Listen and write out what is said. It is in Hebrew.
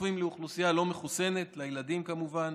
חשופים לאוכלוסייה לא מחוסנת, לילדים כמובן,